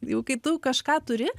jau kai tu kažką turi